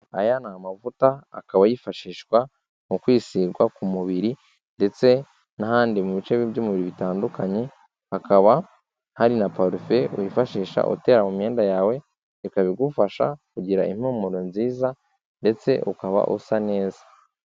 Aya ni amavuta akaba yifashishwa mu kwisigwa ku mubiri ndetse n'ahandi mu bice by'umubiri bitandukanye, hakaba hari na parufe wifashisha utera mu myenda yawe ikabi igufasha kugira impumuro nziza ndetse ukaba usa neza.